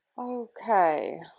Okay